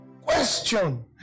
Question